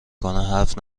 کنه، حرف